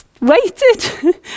waited